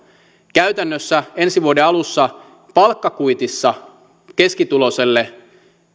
käytännössä ensi vuoden alussa palkkakuitissa keskituloiselle